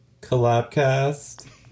collabcast